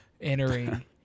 entering